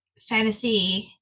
fantasy